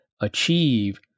achieve